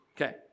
Okay